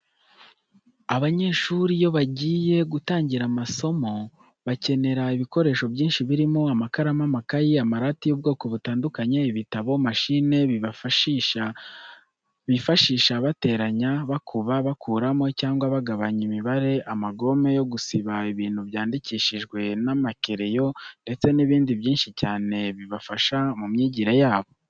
Abanyeshuri iyo bagiye gutangira masomo bakenera ibikoresho byinshi birimo amakaramu, amakayi, amarati y'ubwoko butandukanye, ibitabo, mashine bifashisha bateranya, bakuba, bakuramo cyangwa bagabanya imibare, amagome yo gusiba ibintu byandikishijwe n'amakereyo ndetse n'ibindi byinshi cyane bibafasha mu myigire yabo.